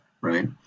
right